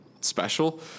special